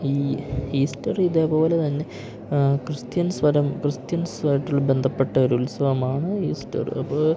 ഈ ഈസ്റ്റർ ഇതേ പോലെ തന്നെ ക്രിസ്ത്യൻസ് പരം ക്രിസ്ത്യൻസുമായിട്ട് ബന്ധപ്പെട്ട ഒരുത്സവമാണ് ഈസ്റ്റർ അപ്പോൾ